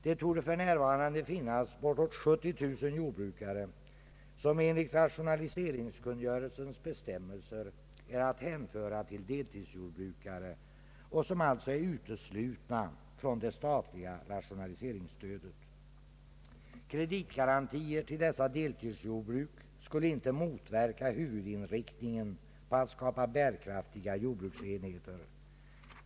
Det torde för närvarande finnas bortåt 70 000 jordbrukare, som enligt rationaliseringskungörelsens bestämmelser är att hänföra till deltidsjordbrukare och som alltså är utestängda från det statliga rationaliseringsstödet. Kreditgarantier till dessa deltidsjordbruk skulle inte motverka huvudinriktningen på att skapa bärkraftiga jordbruksenheter.